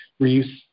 reuse